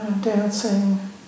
dancing